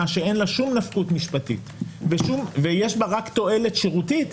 שאין לה שום נפקות משפטית ויש לה בה רק תועלת שירותית,